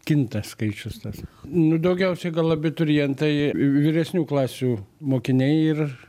kinta skaičius tas nu daugiausia gal abiturientai vyresnių klasių mokiniai ir